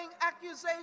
accusations